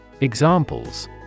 Examples